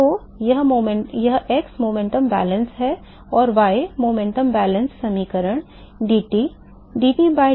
तो यह x संवेग संतुलन है और y संवेग संतुलन समीकरण dt dt by dy है जो कि 0 है